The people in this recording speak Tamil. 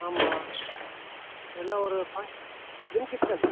ஆமாம் என்ன ஒரு லிங்கிட்சன்